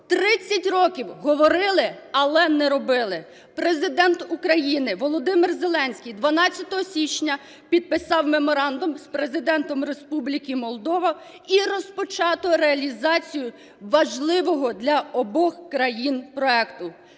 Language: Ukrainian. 30 років говорили, але не робили. Президент України Володимир Зеленський 12 січня підписав меморандум з Президентом Республіки Молдова і розпочато реалізацію важливого для обох країн проекту.